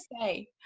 say